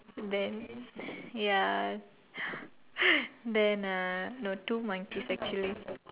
then ya then uh no two monkeys actually